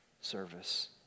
service